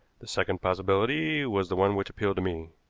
the second possibility was the one which appealed to me.